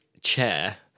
Chair